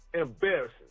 Embarrassing